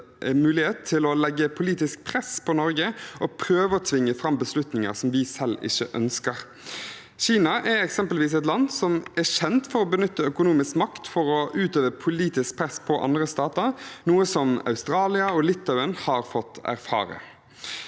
gir dem mulighet til å legge politisk press på Norge og prøve å tvinge fram beslutninger som vi selv ikke ønsker. Kina er eksempelvis et land som er kjent for å benytte økonomisk makt til å utøve politisk press på andre stater, noe Australia og Litauen har fått erfare.